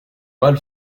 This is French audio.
mal